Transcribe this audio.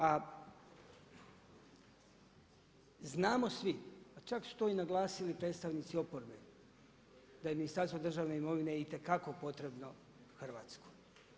A znamo svi, čak su to naglasili i predstavnici oporbe da je Ministarstvo državne imovine itekako potrebno Hrvatskoj.